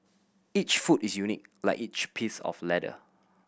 each foot is unique like each piece of leather